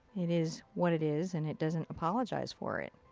it is what it is, and it doesn't apologize for it.